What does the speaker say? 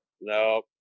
No